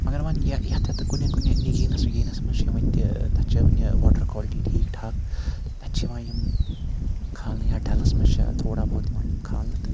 مَگَر وۄنۍ کُنہِ کُنہِ نِگیَٖس وِگیَٖس مَنٛز چھ وٕنہِ تہِ تَتھ چھِ وٕنہ واٹَر کالٹی ٹھیٖکھ ٹھاکھ تَتہِ چھِ یِوان یِم کھالنہٕ یا ڈَلَس مَنٛز چھ تھوڑا بہت یِوان یِم کھالنہٕ تہٕ